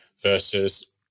versus